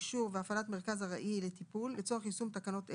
אישור והפעלת מרכז ארעי לטיפול לצורך יישום תקנות אלה,